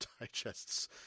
Digests